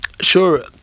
sure